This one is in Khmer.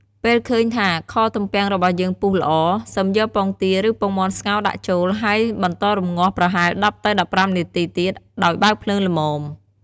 ពេលឃើញថាខទំពាំងរបស់យើងពុះល្អ សិមយកពងទា ឬ ពងមាន់ស្ងោរដាក់ចូល ហើយបន្តរំងាស់ប្រហែល ១០ទៅ ១៥នាទីទៀត ដោយបើកភ្លើងល្មម។